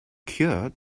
cured